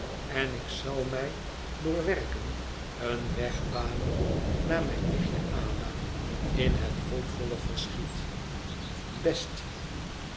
en ik zal mij door werken oen weg banen naar mijn nichtje ada in het hoopvolle verschiet best